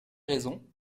raison